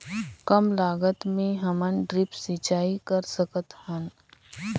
कम लागत मे हमन ड्रिप सिंचाई कर सकत हन?